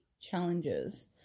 challenges